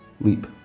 Leap